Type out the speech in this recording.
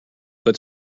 but